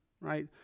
Right